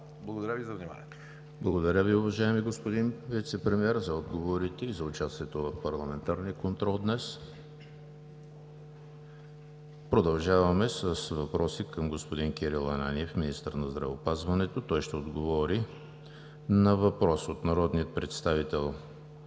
ПРЕДСЕДАТЕЛ ЕМИЛ ХРИСТОВ: Благодаря Ви, уважаеми господин Вицепремиер, за отговорите и за участието в парламентарния контрол днес. Продължаваме с въпроси към господин Кирил Ананиев – министър на здравеопазването, който ще отговори на въпрос от народния представител